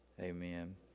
Amen